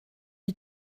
lui